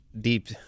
deep